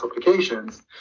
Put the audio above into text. applications